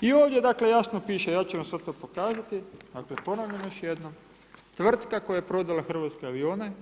I ovdje dakle, jasno piše ja ću vam sada to pokazati, ali ponavljam još jednom, tvrtka koja je prodala hrvatske avione,